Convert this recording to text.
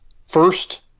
First